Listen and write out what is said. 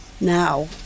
Now